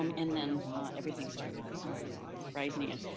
um and then everything started um rising again.